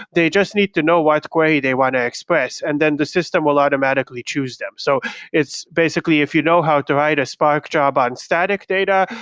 they just need to know what query they want to express, and then the system will automatically choose them. so it's basically if you know how to write a spark job on static data,